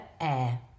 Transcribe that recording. air